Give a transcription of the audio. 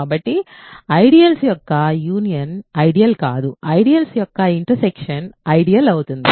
కాబట్టి ఐడియల్స్ యొక్క union ideal కాదు ఐడియల్స్ యొక్క ఇంటర్సెక్షన్ ఐడియల్ అవుతుంది